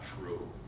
true